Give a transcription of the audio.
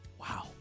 Wow